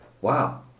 wow